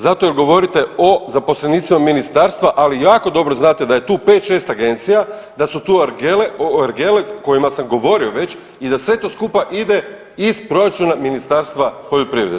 Zato jer govorite o zaposlenicima ministarstva, ali jako dobro znate da je tu 5-6 agencija, da su tu ergele o kojima sam govorio već i da sve to skupa ide iz proračuna Ministarstva poljoprivrede.